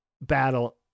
battle